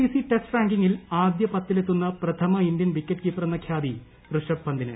I C C test റാങ്കിങ്ങിൽ ആദ്യ പത്തിലെത്തുന്ന പ്രഥമ ഇന്ത്യൻ വിക്കറ്റ് കീപ്പറെന്ന ഖ്യാതി ഋഷഭ് പന്തിന്